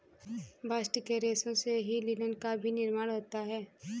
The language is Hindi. बास्ट के रेशों से ही लिनन का भी निर्माण होता है